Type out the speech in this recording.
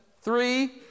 three